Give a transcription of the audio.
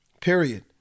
period